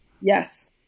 yes